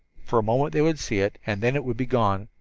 for a moment they would see it, and then it would be gone,